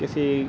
किसी